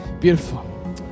Beautiful